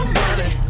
money